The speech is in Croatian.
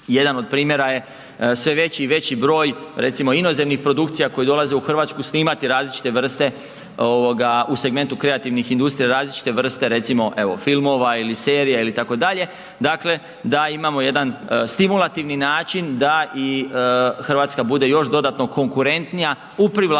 Jedan od primjera je sve veći i veći broj recimo inozemnih produkcija koje dolaze u RH snimati različite vrste ovoga u segmentu kreativnih industrija, različite vrste recimo evo filmova ili serija ili tako dalje, dakle da imamo jedan stimulativni način da i RH bude još dodatno konkurentnija u privlačenju